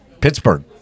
pittsburgh